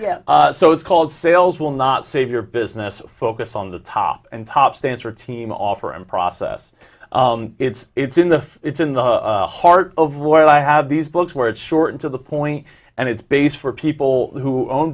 so it's called sales will not save your business focus on the top and top stance or team offer and process it's it's in the it's in the heart of where i have these books where it's short and to the point and it's base for people who own